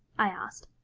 i asked.